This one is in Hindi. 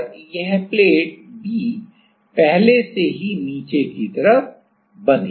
और यह प्लेट B पहले से ही नीचे की तरफ बंधी है